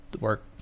work